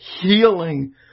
healing